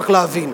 צריך להבין.